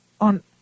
on